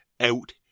out